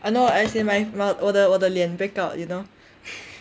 uh no as in 我的脸 break out you know